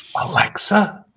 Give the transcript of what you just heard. Alexa